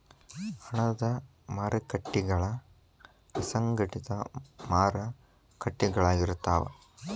ಹಣದ ಮಾರಕಟ್ಟಿಗಳ ಅಸಂಘಟಿತ ಮಾರಕಟ್ಟಿಗಳಾಗಿರ್ತಾವ